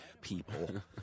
people